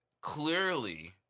clearly